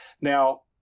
now